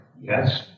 Yes